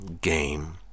game